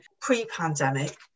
pre-pandemic